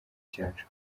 cyacu